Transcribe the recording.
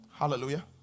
Hallelujah